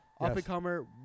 up-and-comer